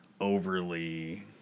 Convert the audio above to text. overly